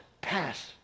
pass